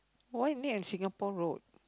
why need on Singapore road